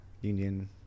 Union